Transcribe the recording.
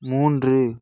மூன்று